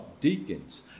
deacons